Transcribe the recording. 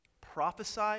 prophesy